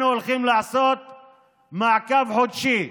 אנחנו הולכים לעשות מעקב חודשי,